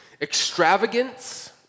extravagance